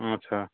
अच्छा